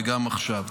וגם עכשיו.